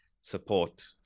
support